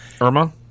Irma